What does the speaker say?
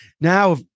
Now